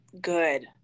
good